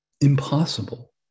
impossible